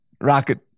rocket